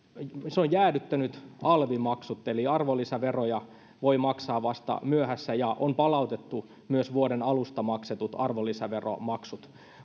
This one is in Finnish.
se on jäädyttänyt alvimaksut eli arvonlisäveroja voi maksaa vasta myöhässä ja on palautettu myös vuoden alusta maksetut arvonlisäveromaksut